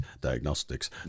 Diagnostics